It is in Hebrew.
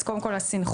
אז קודם כול הסנכרון.